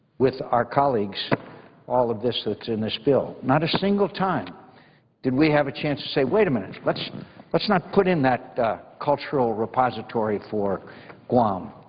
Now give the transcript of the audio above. with our colleagues all of this that's in this bill. not a single time did we have a chance to say wait a minute, let's let's not put in that cultural repository for guam.